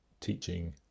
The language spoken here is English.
teaching